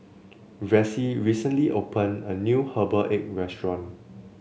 Vessie recently opened a new Herbal Egg restaurant